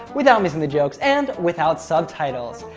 without missing the jokes, and without subtitles.